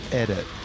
edit